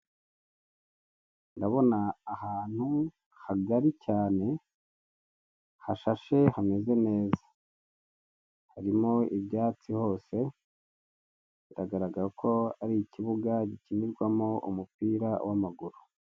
Ndabona ahantu hagari cyane hashashe hameze neza. Harimo ibyatsi hose, biragaragara ko ari ikibuga gikinirwamo umupira w'amaguru.